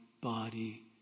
body